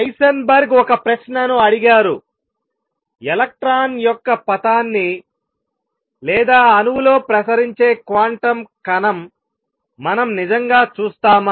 Heisenberg ఒక ప్రశ్నను అడిగారు ఎలక్ట్రాన్ యొక్క పథాన్ని లేదా అణువులో ప్రసరించే క్వాంటం కణం మనం నిజంగా చూస్తామా